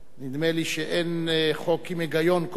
נדמה לי שאין חוק עם היגיון כל כך,